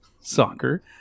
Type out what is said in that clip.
soccer